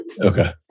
Okay